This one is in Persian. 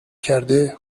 کرده